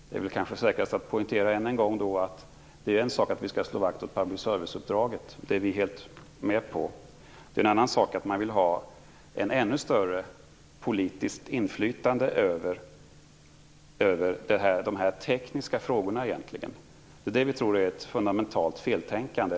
Det är kanske säkrast att än en gång poängtera följande: Det är en sak att vi skall slå vakt om public service-uppdraget. Det är vi helt med på. Men det är en annan sak att man vill ha ett ännu större politiskt inflytande över de tekniska frågorna. Vi tror att detta är ett fundamentalt feltänkande.